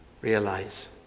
realize